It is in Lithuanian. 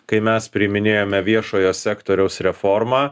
kai mes priiminėjome viešojo sektoriaus reformą